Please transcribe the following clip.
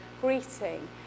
greeting